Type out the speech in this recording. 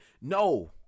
no